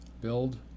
build